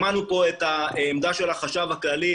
שמענו פה את העמדה של החשב הכללי,